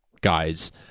guys